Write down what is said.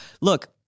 Look